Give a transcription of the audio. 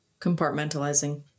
compartmentalizing